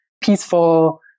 peaceful